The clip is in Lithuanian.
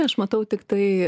aš matau tiktai